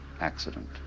accident